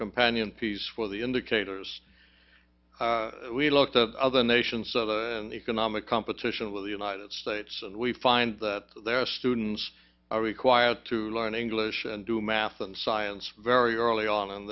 companion piece for the indicators we look to other nations of economic competition with the united states and we find that there are students are required to learn english and do math and science very early on in